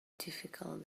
difficult